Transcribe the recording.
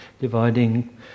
dividing